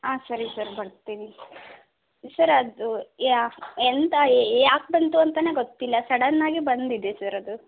ಹಾಂ ಸರಿ ಸರ್ ಬರ್ತೀನಿ ಸರ್ ಅದು ಯಾ ಎಂಥ ಯಾಕೆ ಬಂತು ಅಂತ ಗೊತ್ತಿಲ್ಲ ಸಡನ್ ಆಗಿ ಬಂದಿದೆ ಸರ್ ಅದು